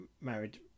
married